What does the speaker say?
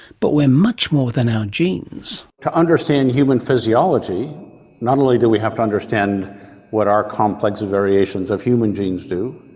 but we're much more than our genes. to understand human physiology not only do we have to understand what our complex variations of human genes do,